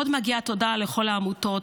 עוד מגיעה תודה לכל העמותות,